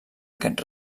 aquest